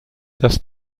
das